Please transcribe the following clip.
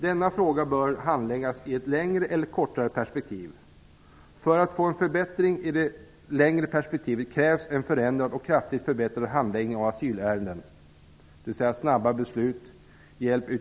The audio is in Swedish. Denna fråga bör handläggas i ett längre och ett kortare perspektiv. För att få en förbättring i det längre perspektivet krävs en förändrad och kraftigt förbättrad handläggning av asylärenden .